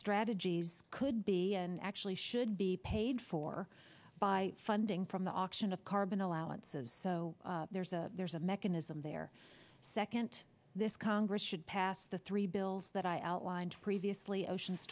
strategies could be and actually should be paid for by funding from the auction of carbon allowances so there's a there's a mechanism there second this congress should pass the three bills that i outlined previously oceans